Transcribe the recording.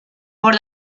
por